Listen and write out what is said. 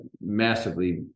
massively